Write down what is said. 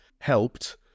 helped